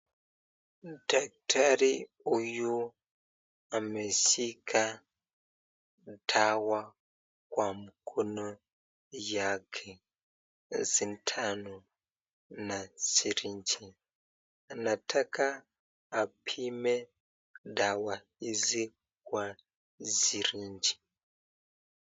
Daktari huyu ameshika dawa kwa mkono yake na sindano na siringi. Anataka apime dawa hizi kwa siringi.